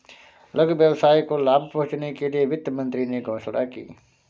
लघु व्यवसाय को लाभ पहुँचने के लिए वित्त मंत्री ने घोषणा की